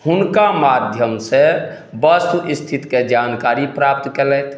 हुनका माध्यमसँ वस्तु स्थितिके जानकारी प्राप्त कयलथि